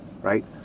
right